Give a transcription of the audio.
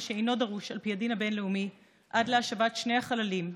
שאינו דרוש על פי הדין הבין-לאומי עד להשבת שני החללים,